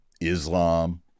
Islam